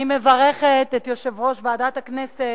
אני מברכת את יושב-ראש ועדת הכנסת,